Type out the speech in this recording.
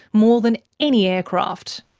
more than any aircraft.